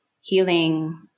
healing